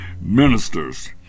ministers